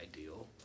ideal